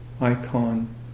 icon